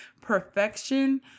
perfection